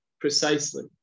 precisely